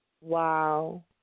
Wow